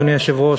אדוני היושב-ראש,